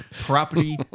property